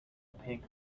pink